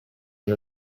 and